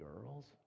girls